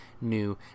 new